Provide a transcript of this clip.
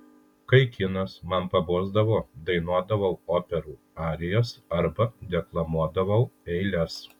kai kinas man pabosdavo dainuodavau operų arijas arba deklamuodavau eiles